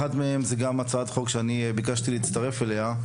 אחת מהם היא הצעת חוק שאני גם ביקשתי להצטרף אליה,